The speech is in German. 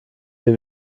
wir